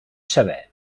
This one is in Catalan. saber